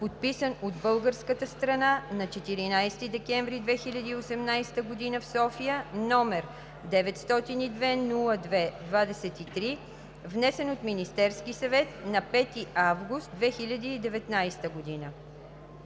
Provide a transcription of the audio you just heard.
подписан от българската страна на 14 декември 2018 г. в София, № 902-02-23, внесен от Министерския съвет на 5 август 2019 г.“